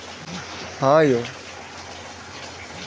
भारत बाजारा के सबसं पैघ उत्पादक देश छियै